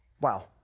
wow